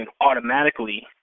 automatically